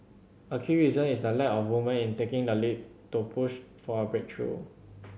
a key reason is the lack of women in taking the lead to push for a breakthrough